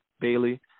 Bailey